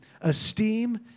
esteem